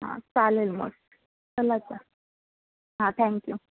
हां चालेल मग चला हां थँक्यू